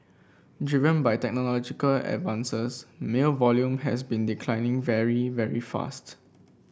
driven by technological advances mail volume has been declining very very fast